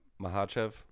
Mahachev